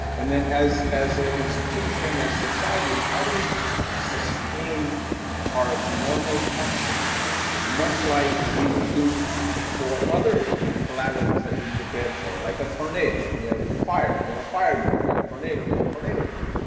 and then as as a institution, as society, how do we sustain our normal functioning much like we would for other calamities that we've prepared for, like a tornado and we have a fire, and we have a fire drill, and a tornado, we have a tornado drill.